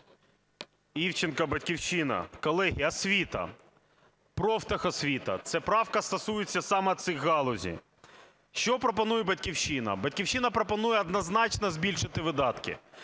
Івченко, "Батьківщина". Колеги, освіта, профтехосвіта, ця правка стосується саме цих галузей. Що пропонує "Батьківщина"? "Батьківщина" пропонує однозначно збільшити видатки.